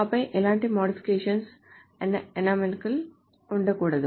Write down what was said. ఆపై ఎలాంటి modifications anomalies ఉండకూడదు